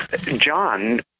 John